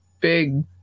big